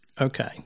Okay